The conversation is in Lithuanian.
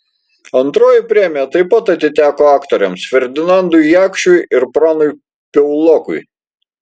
antroji premija taip pat atiteko aktoriams ferdinandui jakšiui ir pranui piaulokui